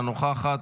אינה נוכחת,